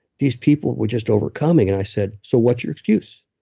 these people were just overcoming. and i said, so, what's your excuse?